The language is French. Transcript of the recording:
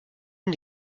une